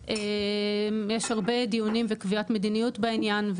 ויש הרבה דיונים וקביעת מדיניות בעניין.